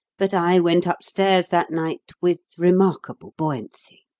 but i went upstairs that night with remarkable buoyancy.